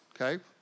okay